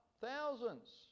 thousands